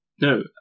No